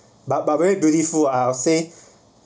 but but very beautiful I'll say